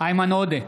איימן עודה,